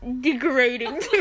degrading